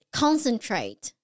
concentrate